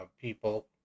people